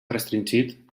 restringit